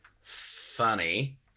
funny